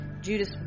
Judas